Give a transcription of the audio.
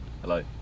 Hello